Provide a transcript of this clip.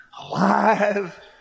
Alive